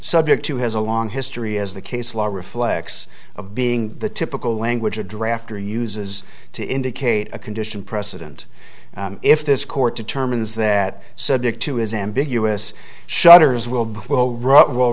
subject to has a long history as the case law reflects of being the typical language a draft or uses to indicate a condition precedent if this court determines that subject to is ambiguous shutters will be well w